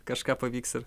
kažką pavyks ir